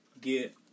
get